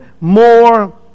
more